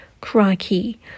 Crikey